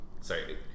sorry